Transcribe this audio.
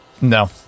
No